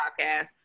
podcast